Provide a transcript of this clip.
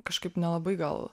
kažkaip nelabai gal